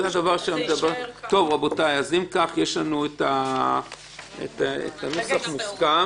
אם כך יש לנו הנוסח המוסכם.